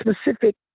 specific